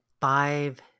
Five